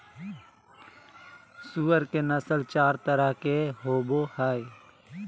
सूअर के नस्ल चार तरह के होवो हइ